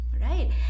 right